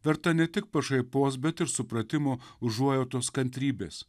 verta ne tik pašaipos bet ir supratimo užuojautos kantrybės